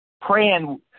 praying